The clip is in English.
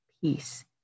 peace